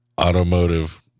automotive